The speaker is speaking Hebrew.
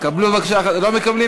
לא מקבלים?